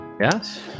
yes